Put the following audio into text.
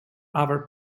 other